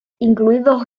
incluidos